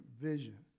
vision